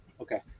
Okay